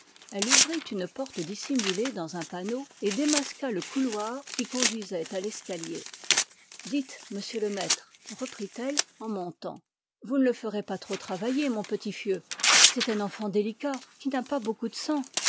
elle ouvrit une porte dissimulée dans un panneau et démasqua le couloir qui conduisait à l'escalier dites monsieur le maître reprit-elle en montant vous ne le ferez pas trop travailler mon petit fieu c'est un enfant délicat qui n'a pas beaucoup de sang